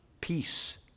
Peace